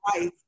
life